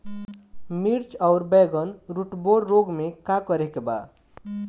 मिर्च आउर बैगन रुटबोरर रोग में का करे के बा?